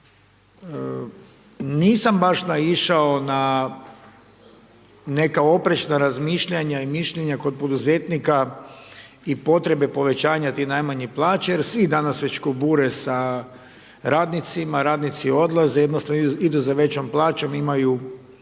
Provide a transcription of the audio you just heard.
Nisam baš naišao na neka oprečna razmišljanja i mišljenja kod poduzetnika i potrebe povećanja te najmanje plaće jer svi danas već kubure sa radnicima, radnici odlaze, jednostavno idu za većom plaćom imaju